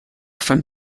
from